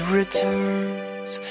returns